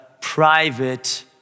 private